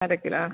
അര കിലോ ആ